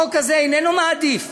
החוק הזה איננו מעדיף